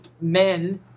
men